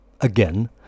again